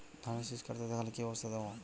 ধানের শিষ কাটতে দেখালে কি ব্যবস্থা নেব?